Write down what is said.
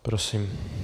Prosím.